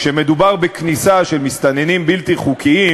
כשמדובר בכניסה של מסתננים בלתי חוקיים,